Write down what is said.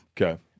Okay